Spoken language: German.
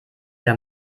der